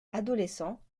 adolescent